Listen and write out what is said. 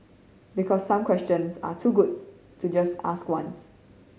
because some questions are too good to just ask once